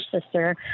sister